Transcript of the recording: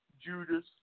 Judas